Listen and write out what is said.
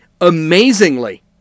amazingly